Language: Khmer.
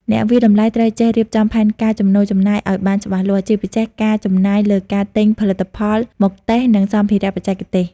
អ្នកវាយតម្លៃត្រូវចេះរៀបចំផែនការចំណូលចំណាយឱ្យបានច្បាស់លាស់ ជាពិសេសការចំណាយលើការទិញផលិតផលមកតេស្ត និងសម្ភារៈបច្ចេកទេស។